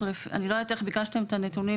אני לא יודעת איך ביקשתם את הנתונים,